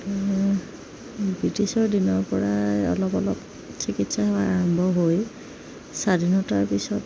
ব্ৰিটিছৰ দিনৰপৰাই অলপ অলপ চিকিৎসা সেৱা আৰম্ভ হৈ স্বাাধীনতাৰ পিছত